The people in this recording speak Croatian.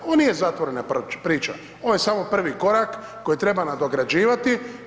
On nije zatvorena priča, on je samo prvi korak koji treba nadograđivati.